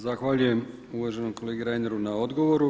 Zahvaljujem uvaženom kolegi Reineru na odgovoru.